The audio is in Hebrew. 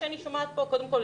קודם כול,